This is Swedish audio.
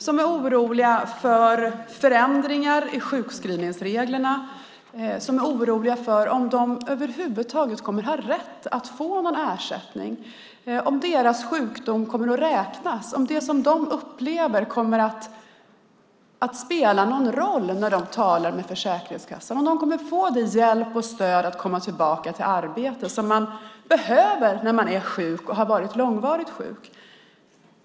De är oroliga för förändringar i sjukskrivningsreglerna, om de över huvud taget kommer att ha rätt att få någon ersättning, om deras sjukdom kommer att räknas, om det som de upplever kommer att spela någon roll när de talar med Försäkringskassan, om de kommer att få den hjälp och det stöd att komma tillbaka till arbete som man behöver när man är sjuk och har varit långvarigt sjuk.